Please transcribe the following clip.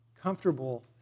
comfortable